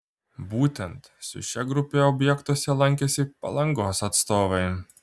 būtent su šia grupe objektuose lankėsi palangos atstovai